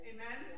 Amen